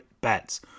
Bets